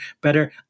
better